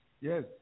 Yes